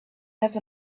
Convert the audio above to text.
have